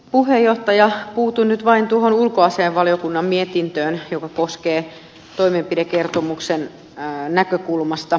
puutun nyt vain tuohon ulkoasiainvaliokunnan mietintöön joka koskee toimenpidekertomuksen näkökulmasta kehityspolitiikkaa